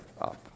up